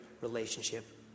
relationship